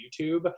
youtube